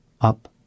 up